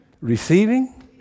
receiving